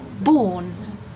born